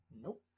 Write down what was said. Nope